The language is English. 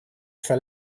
for